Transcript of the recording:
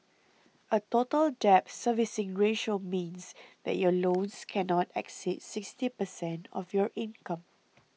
a Total Debt Servicing Ratio means that your loans cannot exceed sixty percent of your income